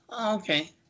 Okay